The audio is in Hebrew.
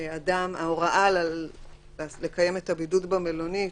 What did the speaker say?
ההוראה על לקיים את הבידוד במלונית